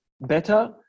better